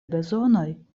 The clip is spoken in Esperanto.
bezonoj